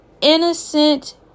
innocent